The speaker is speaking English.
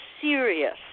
serious